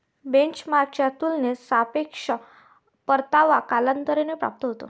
बेंचमार्कच्या तुलनेत सापेक्ष परतावा कालांतराने प्राप्त होतो